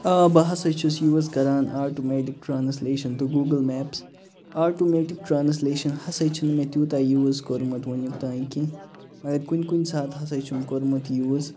ٲں بہٕ ہسا چھُس یوٗز کران آٹومیٹِک ٹرانٛسلیشَن تہِ گوگُل میپٕس آٹومیٹِک ٹرانٛسلیشَن ہسا چھُنہٕ مےٚ تیوٗتاہ یوٗز کوٚرمُت وٕنیُک تانۍ کیٚنٛہہ مگر کُنہِ کُنہِ ساتہٕ ہسا چھُم کوٚرمُت یوٗز